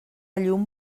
llum